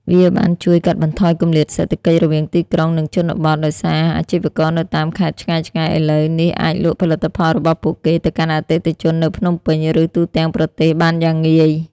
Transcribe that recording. វាបានជួយកាត់បន្ថយ គម្លាតសេដ្ឋកិច្ច រវាងទីក្រុង និងជនបទ ដោយសារអាជីវករនៅតាមខេត្តឆ្ងាយៗឥឡូវនេះអាចលក់ផលិតផលរបស់ពួកគេទៅកាន់អតិថិជននៅភ្នំពេញ ឬទូទាំងប្រទេសបានយ៉ាងងាយ។